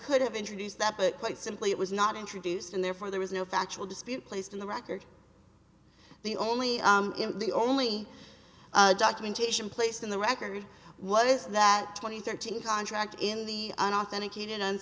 could have introduced that but quite simply it was not introduced and therefore there was no factual dispute placed in the record the only the only documentation place in the record was that twenty thirteen contract in the unauthenticated and